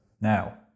Now